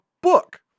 book